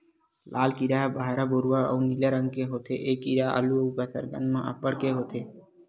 लाल कीरा ह बहरा भूरवा अउ नीला रंग के होथे ए कीरा आलू अउ कसरकंद म अब्बड़ के होथे